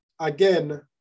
again